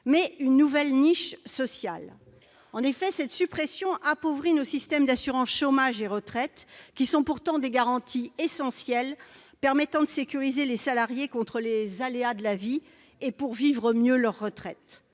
aussi une nouvelle niche sociale. Cette suppression appauvrit nos systèmes d'assurance chômage et retraite, qui sont pourtant des garanties essentielles permettant de sécuriser les salariés face aux aléas de la vie et de vivre mieux leur retraite.